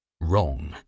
Wrong